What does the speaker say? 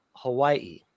Hawaii